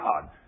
God